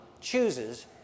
chooses